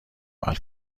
عمل